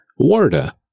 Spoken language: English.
Warda